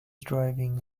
driving